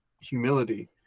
humility